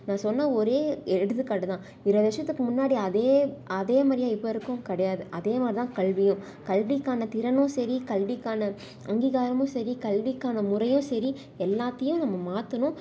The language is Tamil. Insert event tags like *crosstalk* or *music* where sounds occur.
நான் சொன்ன ஒரே எடுத்துக்காட்டு தான் *unintelligible* வருஷத்துக்கு முன்னாடி அதையே அதே மாதிரியா இப்போ இருக்கும் கிடையாது அதே மாதிரி தான் கல்வியும் கல்விக்கான திறனும் சரி கல்விக்கான அங்கீகாரமும் சரி கல்விக்கான முறையும் சரி எல்லாத்திலேயும் நம்ம மாற்றணும்